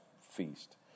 feast